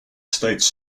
states